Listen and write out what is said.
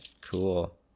cool